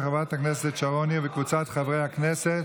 של חברת הכנסת שרון ניר וקבוצת חברי הכנסת.